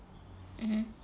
mmhmm